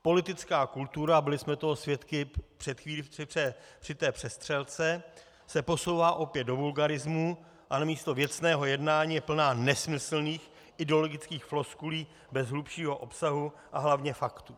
Politická kultura, a byli jsme toho svědky před chvílí při té přestřelce, se posouvá opět do vulgarismů, ale místo věcného jednání je plná nesmyslných ideologických floskulí bez hlubšího obsahu a hlavně faktů.